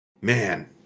Man